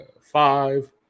five